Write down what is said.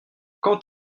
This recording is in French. quand